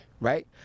right